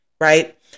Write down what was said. right